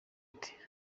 ati